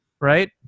right